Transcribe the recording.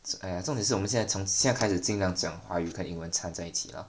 !aiya! 重点是我们现在从现在开始尽量讲华语跟英文掺在一起 loh